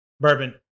bourbon